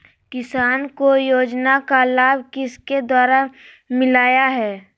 किसान को योजना का लाभ किसके द्वारा मिलाया है?